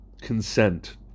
consent